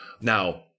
Now